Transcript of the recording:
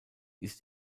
ist